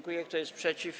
Kto jest przeciw?